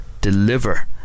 deliver